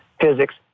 physics